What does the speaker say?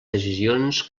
decisions